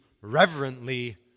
reverently